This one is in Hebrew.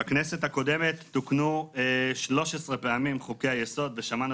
בכנסת הקודמת תוקנו 13 פעמים חוקי היסוד ושמענו